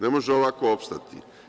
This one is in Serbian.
Ne može ovako opstati.